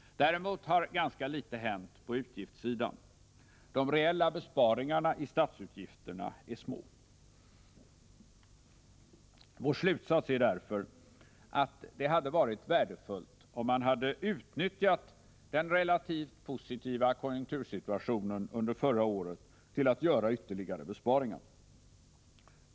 Däremot har ganska litet hänt på utgiftssidan. De reella besparingarna i statsutgifterna är små. Vår slutsats är därför att det hade varit värdefullt, om man hade utnyttjat den relativt positiva konjunktursituationen under förra året till att göra ytterligare besparingar.